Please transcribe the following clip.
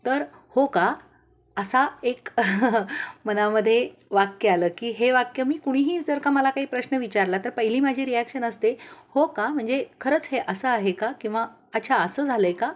तर हो का असा एक मनामध्ये वाक्य आलं की हे वाक्य मी कुणीही जर का मला काही प्रश्न विचारला तर पहिली माझी रिॲक्शन असते हो का म्हणजे खरंच हे असं आहे का किंवा अच्छा असं झालं आहे का